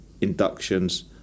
inductions